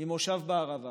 מהמושב בערבה